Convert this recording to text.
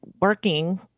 working